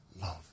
love